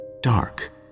dark